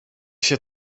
się